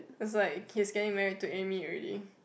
that's why he is getting married to Amy already